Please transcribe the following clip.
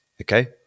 okay